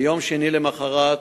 ביום שני, למחרת,